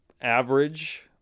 average